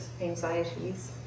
anxieties